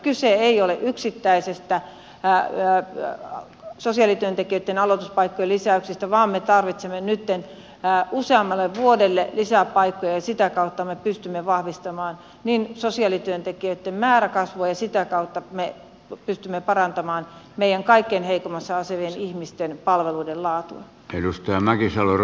kyse ei ole yksittäisistä päälle ja sas eli yksittäisestä sosiaalityöntekijöitten aloituspaikkojen lisäyksestä vaan me tarvitsemme nyt useammalle vuodella lisäpaikkoja ja sitä kautta me pystymme vahvistamaan sosiaalityöntekijöitten määrän kasvua ja sitä kautta me pystymme parantamaan kaikkein heikoimmassa asemassa olevien ihmisten palveluiden laatua